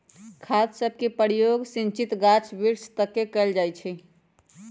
खाद सभके प्रयोग सिंचित गाछ वृक्ष तके कएल जाइ छइ